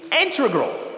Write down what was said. integral